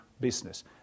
business